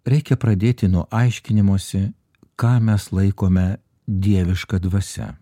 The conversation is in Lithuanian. reikia pradėti nuo aiškinimosi ką mes laikome dieviška dvasia